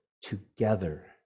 together